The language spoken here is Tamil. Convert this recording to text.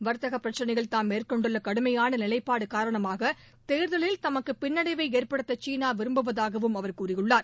வர்த்தகப் பிரச்னையில் தாம் மேற்கொண்டுள்ள கடுமையான நிலைப்பாடு காரணமாக தேர்தலில் தமக்குப் பின்னடைவை ஏற்படுத்த சீனா விரும்புவதாகவும் அவர் கூறியுள்ளார்